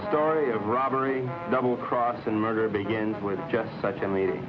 story of robbery double crossin murder begins with just such a meeting